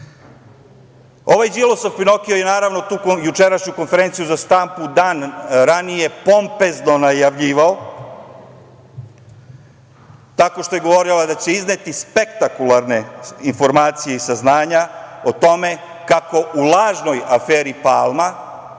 Đilasov Pinokijo je naravno tu jučerašnju konferenciju za štampu dan ranije pompezno najavljivao tako što je govorila da će izneti spektakularne informacije i saznanja o tome kako u lažnoj aferi Palma,